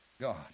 God